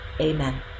Amen